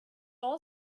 all